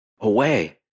away